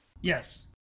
Yes